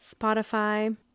Spotify